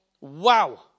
Wow